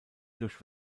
durch